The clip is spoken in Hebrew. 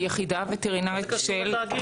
היחידה הווטרינרית של התאגיד?